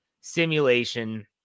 simulation